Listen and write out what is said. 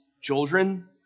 children